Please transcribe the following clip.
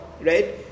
right